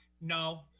no